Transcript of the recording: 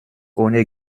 ohne